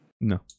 no